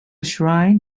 shrine